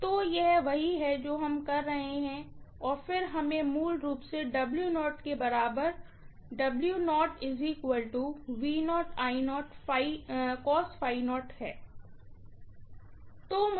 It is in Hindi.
तो यह वही है जो हम कर रहे हैं और फिर हमें मूल रूप से के बराबर मिला